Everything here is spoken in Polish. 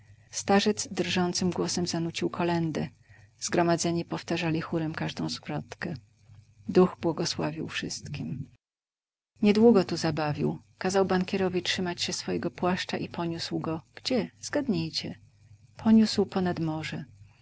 starzec drżącym głosem zanucił kolędę zgromadzeni powtarzali chórem każdą zwrotkę duch błogosławił wszystkim niedługo tu zabawił kazał bankierowi trzymać się swojego płaszcza i poniósł go gdzie zgadnijcie poniósł ponad morze